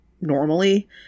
normally